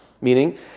Meaning